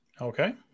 Okay